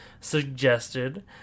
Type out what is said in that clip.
suggested